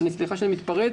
סליחה שאני מתפרץ.